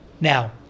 Now